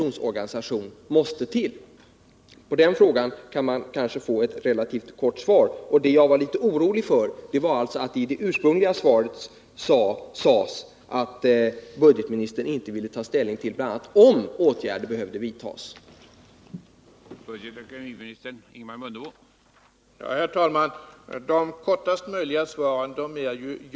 Anledningen till att jag var litet orolig var att budgetministern i sitt första anförande sade, att han inte ville ta ställning till bl.a. om åtgärder behövde vidtas. Herr talman! De kortast möjliga svaren är ju ”ja” och ”nej”, och jag kan Måndagen den inte nu, med hänsyn till att den aktuella rapporten skall gå ut på en ordentlig 2 april 1979 remissomgång, ge ett svar i sådana termer. Jag tycker faktiskt att det skulle vara fel av mig att göra det innan myndigheter och organisationer har fått tillfälle att granska rapporten. När den remissomgången är färdig skall jag ge ett kort och klart svar på Joakim Olléns fråga.